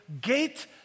gate